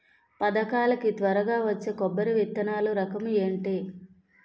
పథకాల కి త్వరగా వచ్చే కొబ్బరి విత్తనాలు రకం ఏంటి?